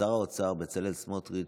שר האוצר בצלאל סמוטריץ'